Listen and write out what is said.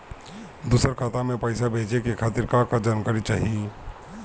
दूसर खाता में पईसा भेजे के खातिर का का जानकारी चाहि?